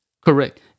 Correct